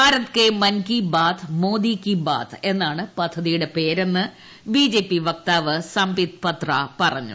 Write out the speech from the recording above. ഭാരത് കേ മൻ കീ ബാത് മോദി കി ബാത് എന്നാണ് പദ്ധതിയുടെ പേരെന്ന് ബി ജെ പി വക്താവ് സംപീത്പത്ര പറഞ്ഞു